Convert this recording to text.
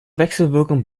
wechselwirkung